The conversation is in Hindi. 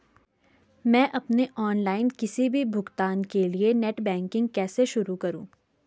मैं अपने ऑनलाइन किसी भी भुगतान के लिए नेट बैंकिंग कैसे शुरु करूँ?